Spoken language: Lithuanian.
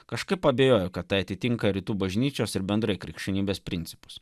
kažkaip abejoju kad tai atitinka rytų bažnyčios ir bendrai krikščionybės principus